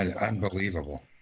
Unbelievable